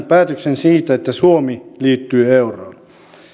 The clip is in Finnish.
päätöksen siitä että suomi liittyy euroon